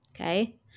okay